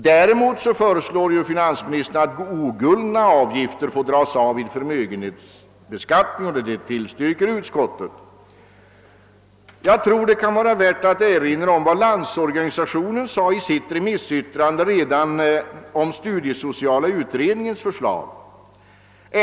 Däremot föreslår finansministern att oguldna avgifter får dras av vid förmögenhetsbeskattningen, vilket utskottet också tillstyrker. Jag tror det kan vara värt att erinra om vad LO sade i sitt remissyttrande redan beträffande studiesociala utredningens förslag.